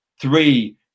three